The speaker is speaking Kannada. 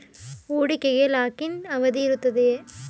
ಹೂಡಿಕೆಗೆ ಲಾಕ್ ಇನ್ ಅವಧಿ ಇರುತ್ತದೆಯೇ?